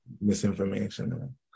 misinformation